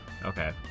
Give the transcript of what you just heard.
Okay